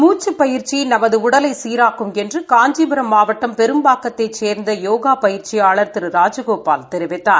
மூக்கப்பயிற்சி நமது உடலை சீராக்கும் என்று காஞ்சிபுரம் மாவட்டம் பெரும்பாக்கத்தைச் சேர்ந்த போகா பயிற்சியாளர் ராஜகோபால் தெரிவித்தார்